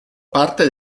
parte